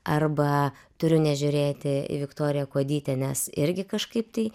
arba turiu nežiūrėti į viktoriją kuodytę nes irgi kažkaip tai